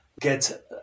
get